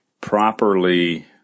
properly